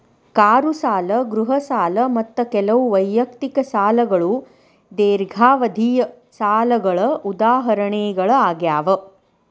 car ಸಾಲ ಗೃಹ ಸಾಲ ಮತ್ತ ಕೆಲವು ವೈಯಕ್ತಿಕ ಸಾಲಗಳು ದೇರ್ಘಾವಧಿಯ ಸಾಲಗಳ ಉದಾಹರಣೆಗಳಾಗ್ಯಾವ